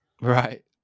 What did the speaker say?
right